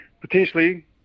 potentially